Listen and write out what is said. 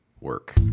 work